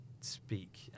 speak